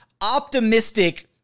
optimistic